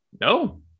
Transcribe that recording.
No